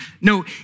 No